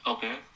Okay